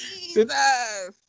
jesus